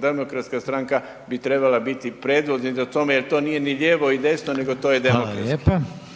demokratska stranka bi trebala biti predvodnik u tome jer to nije ni ljevo i desno, nego to je demokratski.